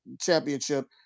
championship